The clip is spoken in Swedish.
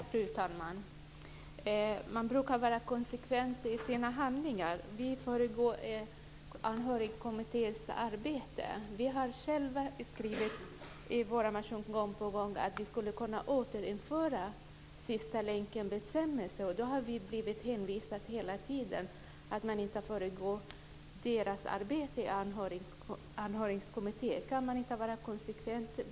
Fru talman! Man brukar vara konsekvent i sina handlingar. Här föregriper man Anhörigkommitténs arbete. Vi har gång på gång skrivit i våra motioner att man skulle kunna återinföra sista länkenbestämmelsen, och då har vi hela tiden blivit hänvisade till att man inte föregriper arbetet i Anhörigkommittén. Kan man inte här vara konsekvent?